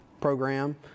program